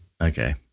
Okay